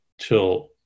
till